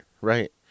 right